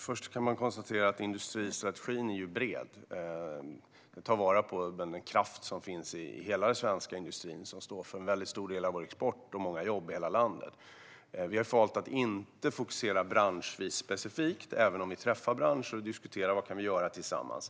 Herr talman! Industristrategin är ju bred. Den tar vara på den kraft som finns i hela den svenska industrin, som står för en väldigt stor del av vår export och många jobb i hela landet. Vi har valt att inte fokusera branschvis och specifikt, även om vi träffar branscher och diskuterar vad vi kan göra tillsammans.